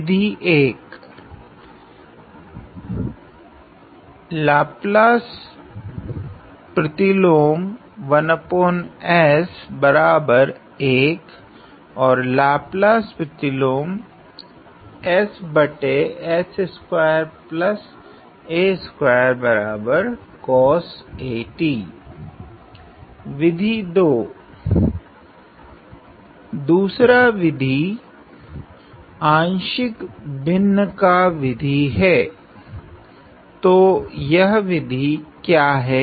विधि 1 विधि 2 दूसरा विधि आंशिक भिन्न का विधि हैं तो यह विधि क्या हैं